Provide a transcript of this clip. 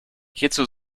hierzu